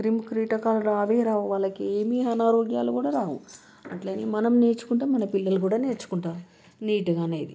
క్రిమి కీటకాలు రానే రావు వాళ్ళకి ఏమి అనారోగ్యాలు కూడా రావు అట్ల మనం నేర్చుకుంటాం మన పిల్లలు కూడా నేర్చుకుంటారు నీటుగా అనేది